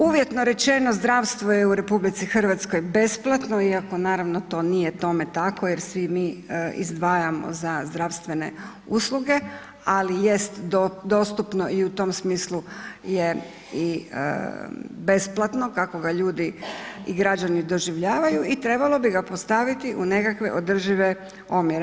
Uvjetno rečeno zdravstvo je u Republici Hrvatskoj besplatno iako naravno to nije tome tako jer svi mi izdvajamo za zdravstvene usluge, ali jest dostupno i u tom smislu je i besplatno kako ga ljudi i građani doživljavaju i trebalo bi ga postaviti u nekakve održive omjere.